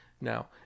Now